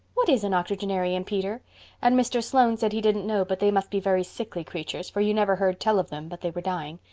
what is an octogenarian, peter and mr. sloane said he didn't know, but they must be very sickly creatures, for you never heard tell of them but they were dying.